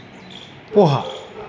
poha